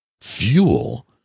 fuel